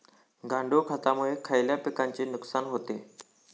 गांडूळ खतामुळे खयल्या पिकांचे नुकसान होते?